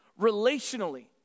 Relationally